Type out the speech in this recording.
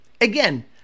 again